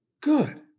good